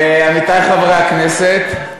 עמיתי חברי הכנסת,